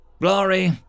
Glory